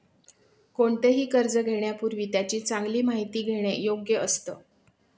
कोणतेही कर्ज घेण्यापूर्वी त्याची चांगली माहिती घेणे योग्य असतं